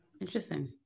Interesting